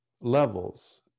levels